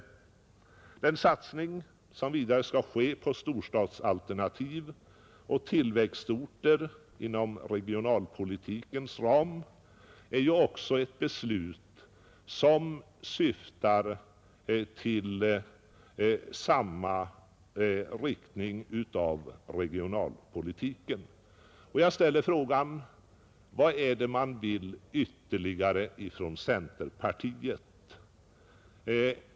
Och den satsning som skall ske på storstadsalternativ och tillväxtorter inom regionalpolitikens ram är också åtgärder som syftar i samma riktning. Jag ställer frågan: Vad är det man vill ytterligare i centerpartiet?